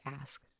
ask